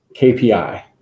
kpi